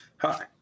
Hi